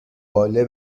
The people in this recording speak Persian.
باله